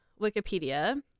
Wikipedia